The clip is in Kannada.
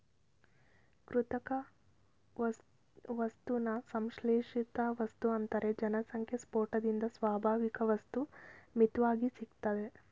ಕೃತಕ ವಸ್ತುನ ಸಂಶ್ಲೇಷಿತವಸ್ತು ಅಂತಾರೆ ಜನಸಂಖ್ಯೆಸ್ಪೋಟದಿಂದ ಸ್ವಾಭಾವಿಕವಸ್ತು ಮಿತ್ವಾಗಿ ಸಿಗ್ತದೆ